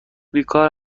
بیکار